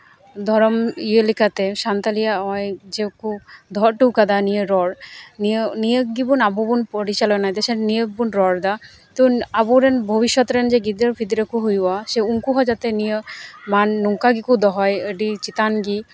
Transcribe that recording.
ᱫᱷᱚᱨᱚᱢ ᱤᱭᱟᱹ ᱞᱮᱠᱟᱛᱮ ᱥᱟᱱᱛᱟᱞᱤᱭᱟᱜ ᱱᱚᱜᱼᱚᱸᱭ ᱡᱮᱠᱚ ᱫᱚᱦᱚ ᱦᱚᱴᱚ ᱠᱟᱫᱟ ᱱᱤᱭᱟᱹ ᱨᱚᱲ ᱱᱤᱭᱟᱹ ᱜᱮᱵᱚᱱ ᱟᱵᱚ ᱵᱚᱱ ᱯᱚᱨᱤᱪᱟᱱᱟᱭ ᱥᱮ ᱱᱤᱭᱟᱹᱵᱚᱱ ᱨᱚᱲᱮᱫᱟ ᱛᱚ ᱟᱵᱚᱨᱮᱱ ᱵᱷᱚᱵᱤᱥᱥᱚᱛ ᱨᱮᱱ ᱡᱮ ᱜᱤᱫᱟᱹᱨᱼᱯᱤᱫᱟᱹᱨ ᱠᱚ ᱦᱩᱭᱩᱜᱼᱟ ᱥᱮ ᱩᱱᱠᱩ ᱦᱚᱸ ᱡᱟᱛᱮ ᱱᱤᱭᱟᱹ ᱱᱚᱝᱠᱟ ᱠᱚ ᱫᱚᱦᱚᱭ ᱟᱹᱰᱤ ᱪᱮᱛᱟᱱ ᱜᱮ